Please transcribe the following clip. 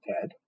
Ted